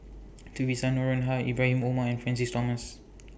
Theresa Noronha Ibrahim Omar and Francis Thomas